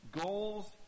goals